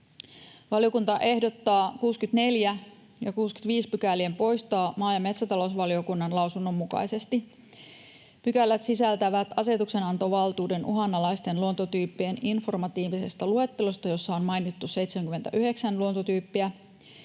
Valiokunta ehdottaa 64 ja 65 §:ien poistoa maa- ja metsätalousvaliokunnan lausunnon mukaisesti. Pykälät sisältävät asetuksenantovaltuuden uhanalaisten luontotyyppien informatiivisesta luettelosta, jossa on mainittu 79 luontotyyppiä.